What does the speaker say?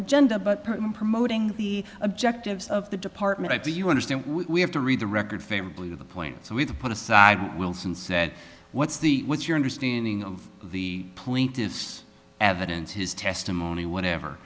agenda but promoting the objectives of the department i do you understand we have to read the record favorably to the point so we've put aside wilson said what's the what's your understanding of the plaintiff's evidence his testimony whatever